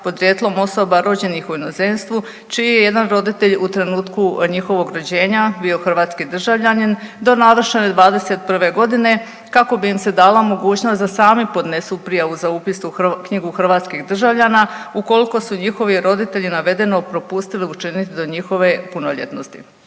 podrijetlom osoba rođenih u inozemstvu čiji je jedan roditelj u trenutku njihovog rođenja bio hrvatski državljanin do navršene 21 godine kako bi im se dala mogućnost da sami podnesu prijavu za upis u knjigu hrvatskih državljana ukoliko su njihovi roditelji navedeno propustili učiniti do njihove punoljetnosti.